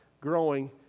growing